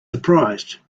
surprised